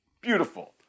Beautiful